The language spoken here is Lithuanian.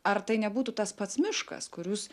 ar tai nebūtų tas pats miškas kur jūs